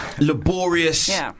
laborious